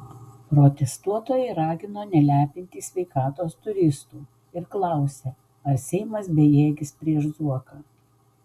protestuotojai ragino nelepinti sveikatos turistų ir klausė ar seimas bejėgis prieš zuoką